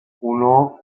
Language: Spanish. uno